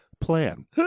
Plan